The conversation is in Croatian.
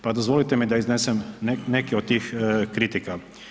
Pa dozvolite mi da iznesem neke od tih kritika.